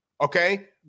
okay